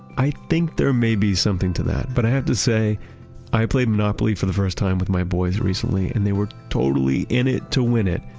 i think there may be something to that, but i have to say i played monopoly for the first time with my boys recently and they were totally in it to win it.